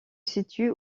situent